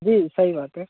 जी सही बात है